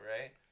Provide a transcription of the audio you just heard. right